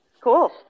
Cool